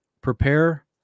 Prepare